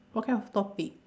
what kind of topic